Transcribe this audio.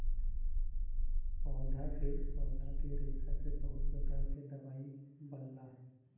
पौधा क रेशा से बहुत प्रकार क दवाई बनला